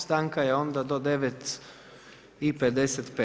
Stanka je onda do 9,55.